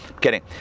kidding